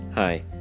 Hi